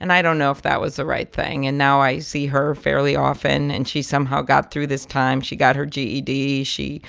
and i don't know if that was the right thing. and now i see her fairly often, and she somehow got through this time. she got her ged. she